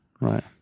right